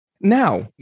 Now